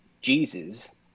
Jesus